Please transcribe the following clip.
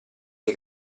dei